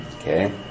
Okay